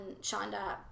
Shonda